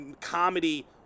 comedy